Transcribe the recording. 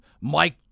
Mike